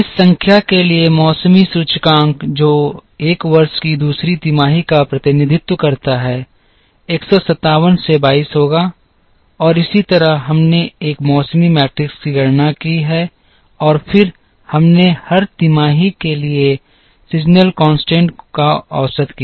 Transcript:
इस संख्या के लिए मौसमी सूचकांक जो 1 वर्ष की दूसरी तिमाही का प्रतिनिधित्व करता है 157 से 22 होगा और इसी तरह हमने एक मौसमी मैट्रिक्स की गणना की और फिर हमने हर तिमाही के लिए मौसमी सूचकांक को औसत किया